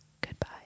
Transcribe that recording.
Goodbye